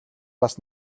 бас